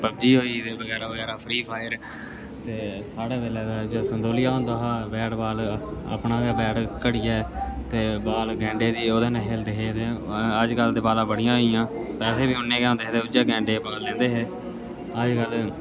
PUBG होई बगैरा बगैरा फ्री फायर साढ़े बेल्ले ते साढ़े बेलले संतोलिया होंदा हा बैट बाल अपना गै बैट घड़िये ते बाल गैंडे दी ओह्दे ने खेलदे हे ते अजकल्ल ते बाला बड़ियां आई आ पैसे बी उन्ने गै होंदे हे ते गैंडे दी बाल लेंदे हे ते अज्ज्कल